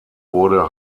wurde